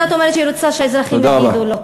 וזאת אומרת שהיא רוצה שהאזרחים יגידו לא.